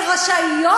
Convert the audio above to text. הן רשאיות,